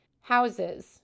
houses